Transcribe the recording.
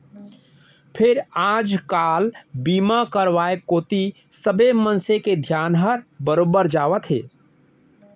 फेर आज काल बीमा करवाय कोती सबे मनसे के धियान हर बरोबर जावत हे